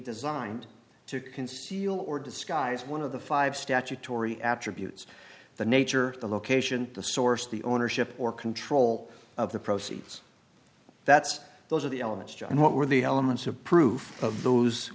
designed to conceal or disguise one of the five statutory attributes the nature the location the source the ownership or control of the proceeds that's those are the elements john and what were the elements of proof of those